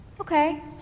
Okay